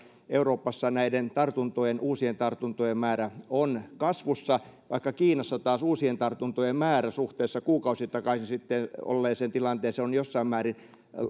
euroopassa näiden uusien tartuntojen määrä on kasvussa vaikka kiinassa taas uusien tartuntojen määrä suhteessa kuukausi sitten olleeseen tilanteeseen on jossain määrin